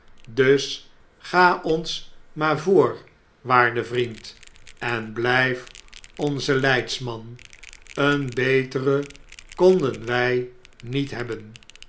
dus ga ons maarvoor waarde vriend en bljjf onze leidsman een beteren konden we niet hebben